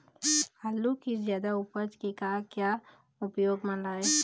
आलू कि जादा उपज के का क्या उपयोग म लाए?